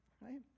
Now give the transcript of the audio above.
Right